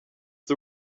the